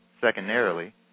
secondarily